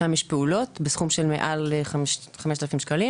שם יש פעולות של מעל 5,000 שקלים